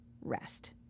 rest